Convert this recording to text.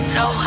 no